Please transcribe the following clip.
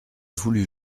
voulut